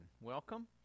Welcome